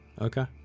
okay